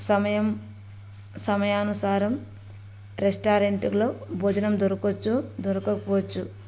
సమయం సమయానుసారం రెస్టారెంట్లో భోజనం దొరకవచ్చు దొరకకపోవచ్చు